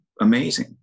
amazing